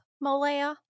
Malaya